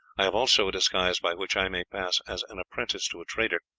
i have also a disguise by which i may pass as an apprentice to a trader.